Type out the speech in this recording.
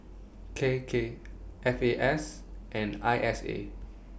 K K F A S and I S A